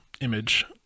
image